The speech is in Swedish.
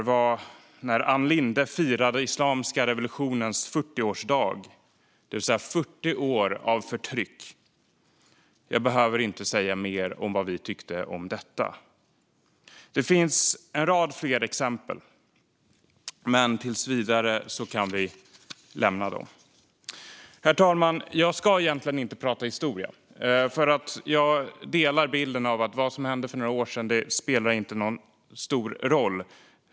Det gällde det faktum att Ann Linde firade den islamiska revolutionens 40-årsdag, det vill säga 40 år av förtryck. Jag behöver inte säga mer om vad vi tyckte om detta. Det finns en rad fler exempel, men vi kan lämna dem tills vidare. Herr talman! Jag ska egentligen inte prata historia. Jag delar bilden att vad som hände för några år sedan inte spelar någon stor roll.